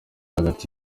hagati